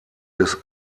des